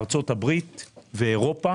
ארצות-הברית ואירופה